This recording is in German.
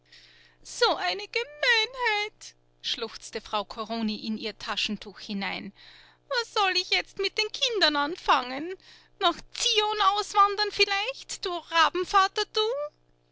so eine gemeinheit schluchzte frau corroni in ihr taschentuch hinein was soll ich jetzt mit den kindern anfangen nach zion auswandern vielleicht du